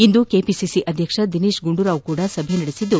ಇಂದು KPCC ಅಧ್ಯಕ್ಷ ದಿನೇಶ್ ಗುಂಡೂರಾವ್ ಕೂಡಾ ಸಭೆ ನಡೆಸಿದ್ದು